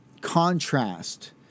contrast